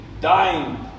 dying